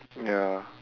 ya